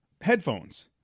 headphones